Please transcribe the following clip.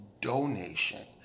donation